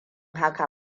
haka